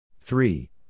three